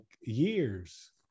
years